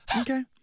Okay